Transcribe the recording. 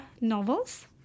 novels